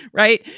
right.